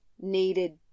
needed